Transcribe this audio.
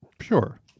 Sure